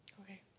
Okay